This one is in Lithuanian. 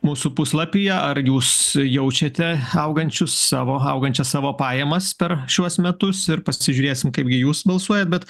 mūsų puslapyje ar jūs jaučiate augančius savo augančias savo pajamas per šiuos metus ir pasižiūrėsim kaip gi jūs balsuojat bet